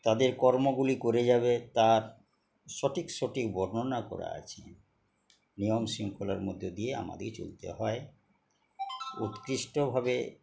তাদের কর্মগুলি করে যাবে তার সঠিক সঠিক বর্ণনা করা আছে নিয়ম শৃঙ্খলার মধ্যে দিয়ে আমাদের চলতে হয় উৎকৃষ্টভাবে